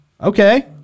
Okay